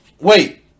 Wait